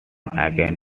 again